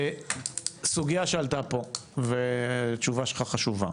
סוגייה שעלתה פה, והתשובה שלך חשובה.